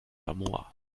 samoa